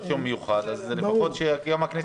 יום מיוחד אז לפחות שהכנסת תתפשר איתנו.